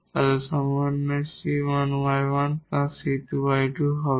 তাদের সমন্বয় 𝑐1𝑦1 𝑐2𝑦2 হবে